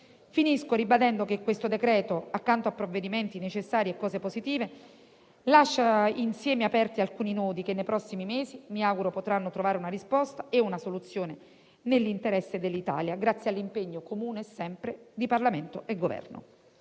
intervento ribadendo che il decreto-legge in esame, accanto a provvedimenti necessari e aspetti positivi, lascia aperti alcuni nodi che nei prossimi mesi mi auguro potranno trovare una risposta e una soluzione nell'interesse dell'Italia, grazie all'impegno comune di Parlamento e Governo.